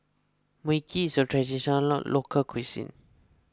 Mui Kee is a Traditional Local Cuisine